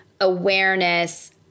awareness